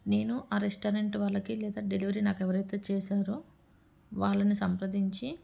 నేను ఆ రెస్టారెంట్ వాళ్ళకి లేదా డెలివరీ నాకు ఎవరైతే చేశారో వాళ్ళని సంప్రదించి